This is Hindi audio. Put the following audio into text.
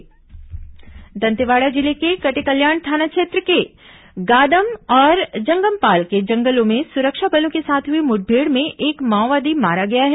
माओवादी मुठभेड़ दंतेवाड़ा जिले के कटेकल्याण थाना क्षेत्र के गादम और जंगमपाल के जंगलों में सुरक्षा बलों के साथ हुई मुठभेड़ में एक माओवादी मारा गया है